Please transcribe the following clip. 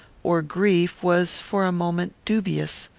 or grief, was, for a moment, dubious.